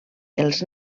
els